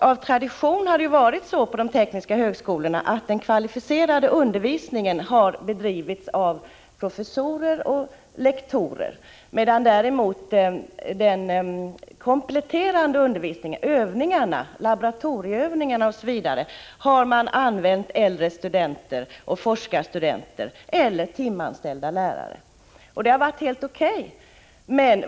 Av tradition har den kvalificerade undervisningen vid de tekniska högskolorna bedrivits av professorer och lektorer, medan den kompletterande undervisningen, laboratorieövningarna osv., leds av äldre studenter, forskarstuderande eller timanställda lärare. Detta har varit helt O.K.